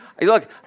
look